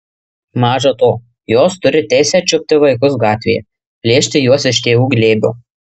maža to jos turi teisę čiupti vaikus gatvėje plėšti juos iš tėvų glėbio